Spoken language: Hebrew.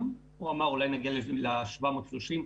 הוא אמר שאולי נגיע ל-730 ברוח,